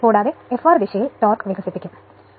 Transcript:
കൂടാതെ F R ദിശയിൽ torque വികസിപ്പിക്കും